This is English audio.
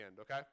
okay